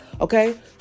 Okay